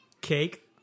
cake